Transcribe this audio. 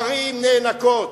הערים נאנקות,